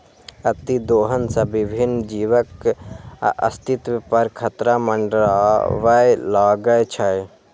अतिदोहन सं विभिन्न जीवक अस्तित्व पर खतरा मंडराबय लागै छै